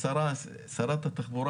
שרת התחבורה